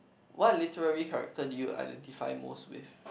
what literally character do you identify most with